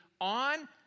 on